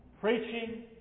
Preaching